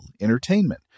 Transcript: entertainment